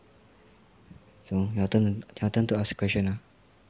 so your turn ah your turn to ask questions lah